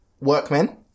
workmen